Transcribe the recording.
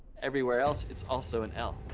everywhere else it's also an l.